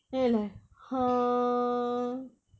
!alah! !huh!